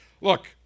Look